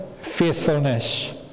faithfulness